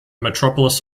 metropolis